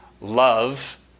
love